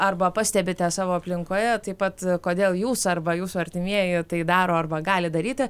arba pastebite savo aplinkoje taip pat kodėl jūs arba jūsų artimieji tai daro arba gali daryti